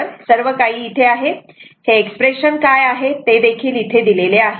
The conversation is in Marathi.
तर हे सर्व काही इथे आहे हे एक्सप्रेशन काय आहे ते इथे दिलेले आहे